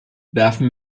werfen